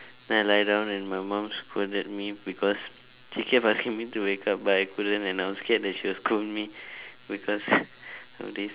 then I lie down and my mom scolded me because she kept asking me to wake up but I couldn't and I was scared that she will scold me because of this